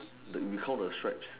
that you call the stripe